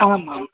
आम् आम्